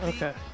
Okay